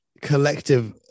collective